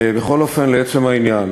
בכל אופן, לעצם העניין,